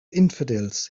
infidels